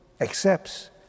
accepts